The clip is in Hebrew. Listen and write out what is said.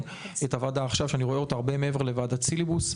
הייתה ועדה עכשיו שאני רואה אותה הרבה מעבר לוועדת סיליבוס,